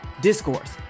Discourse